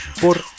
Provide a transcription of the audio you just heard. por